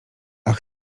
ach